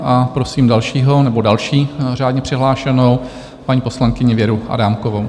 A prosím dalšího nebo další řádně přihlášenou, paní poslankyni Věru Adámkovou.